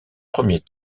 premier